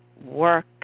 work